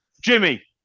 Jimmy